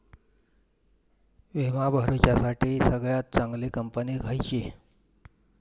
विमा भरुच्यासाठी सगळयात चागंली कंपनी खयची?